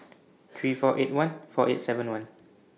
three four eight one four eight seven one